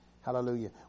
Hallelujah